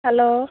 hello